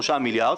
שלושה מיליארד.